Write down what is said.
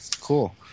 cool